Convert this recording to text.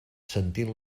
sentint